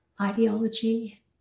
Ideology